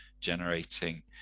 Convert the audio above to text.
generating